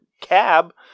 cab